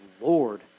Lord